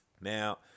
Now